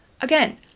Again